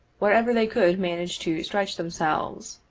wherever they could manage to stretch themselves.